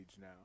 now